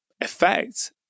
effect